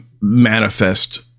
manifest